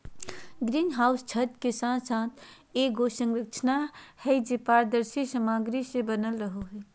green house छत के साथ एगो संरचना हइ, जे पारदर्शी सामग्री से बनल रहो हइ